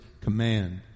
command